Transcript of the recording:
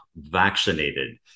vaccinated